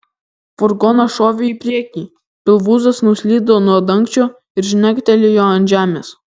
furgonas šovė į priekį pilvūzas nuslydo nuo dangčio ir žnegtelėjo ant žemės